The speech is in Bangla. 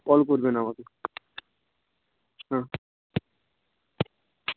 কল করবেন আমাকে হ্যাঁ